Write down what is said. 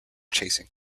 chasing